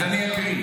אז אני אקריא: